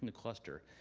and cluster.